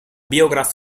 biograph